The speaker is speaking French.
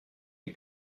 les